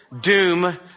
doom